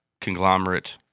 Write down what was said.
conglomerate